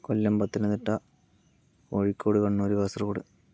Kollam Pathanamthitta Kozhikode Kannur Kasaragod